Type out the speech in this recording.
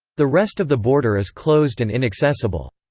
the rest of the border is closed and inaccessible.